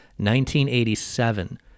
1987